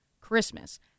Christmas